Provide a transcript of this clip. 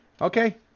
Okay